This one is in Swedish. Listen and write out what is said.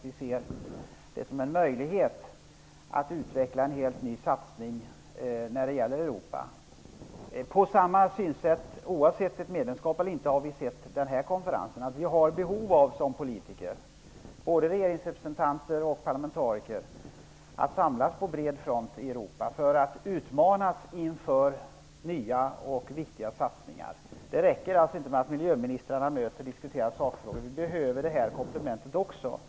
Vi ser en möjlighet att utveckla en helt ny satsning för Europa. Vi har -- oavsett ett medlemskap eller inte -- sett på en nordeuropeisk konferens på samma sätt. Som politiker, både som regeringsrepresentanter och som parlamentariker, har vi behov av att samlas på bred front i Europa för att utmanas inför nya och viktiga satsningar. Det räcker inte med att miljöministrarna möts och diskuterar sakfrågor. Vi behöver ett komplement till sådana möten.